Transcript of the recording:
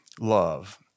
love